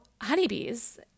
honeybees